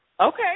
Okay